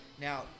Now